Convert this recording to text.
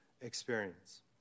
experience